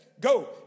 Go